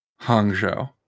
hangzhou